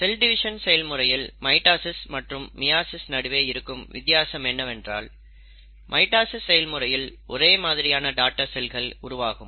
செல் division செயல்முறையில் mitosis மற்றும் meiosis நடுவே இருக்கும் வித்தியாசம் என்னவென்றால் மைட்டாசிஸ் செயல்முறையில் ஒரே மாதிரியான டாடர் செல்கள் உருவாகும்